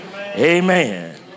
Amen